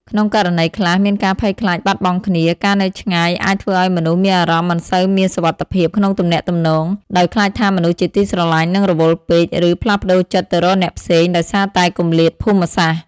ការគិតច្រើនហួសហេតុអំពីបញ្ហាដែលអាចកើតមាន អាចធ្វើឱ្យមានអារម្មណ៍តានតឹង និងថប់បារម្ភ។